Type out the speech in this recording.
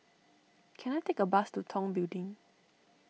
can I take a bus to Tong Building